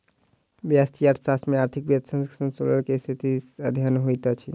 व्यष्टि अर्थशास्त्र में आर्थिक तथ्यक संतुलनक स्थिति के अध्ययन होइत अछि